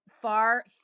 far